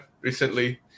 recently